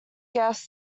guest